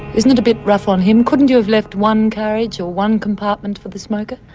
isn't it a bit rough on him? couldn't you have left one carriage or one compartment for the smoker?